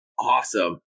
Awesome